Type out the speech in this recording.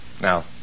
Now